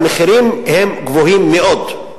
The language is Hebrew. המחירים הם גבוהים מאוד.